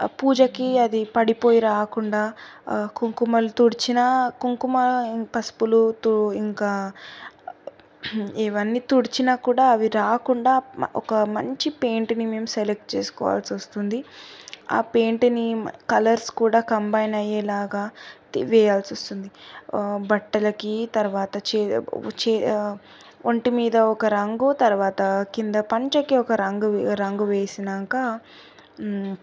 పూజకి అది పడిపోయి రాకుండా కుంకుమలు తుడిచిన కుంకుమ పసుపులతో ఇంకా ఇవన్నీ తుడిచినా కూడా అవి రాకుండా ఒక మంచి పెయింట్ని మేము సెలెక్ట్ చేసుకోవాల్సి వస్తుంది ఆ పెయింట్ని కలర్స్ కూడా కంబైన్ అయ్యేలాగా వేయాల్సి వస్తుంది బట్టలకి తరువాత ఒంటి మీద ఒక రంగు తరువాత కింద పంచకి ఒక రంగు రంగు వేసినాంక